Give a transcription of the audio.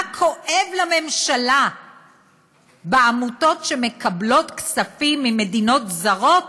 מה כואב לממשלה בעמותות שמקבלות כספים ממדינות זרות,